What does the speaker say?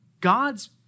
God's